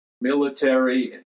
military